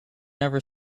never